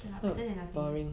okay lah better than nothing